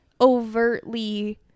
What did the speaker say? overtly